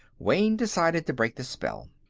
wayne decided to break the spell.